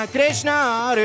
Krishna